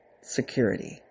security